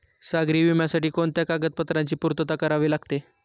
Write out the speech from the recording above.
सागरी विम्यासाठी कोणत्या कागदपत्रांची पूर्तता करावी लागते?